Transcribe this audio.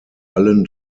allen